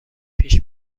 پیش